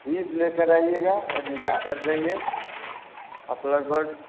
fees लेकर आइएगा admission कर देंगे आप लगभग